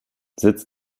sitz